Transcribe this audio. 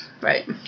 right